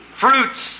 fruits